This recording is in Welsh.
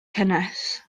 cynnes